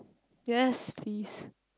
yes please